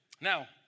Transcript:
Now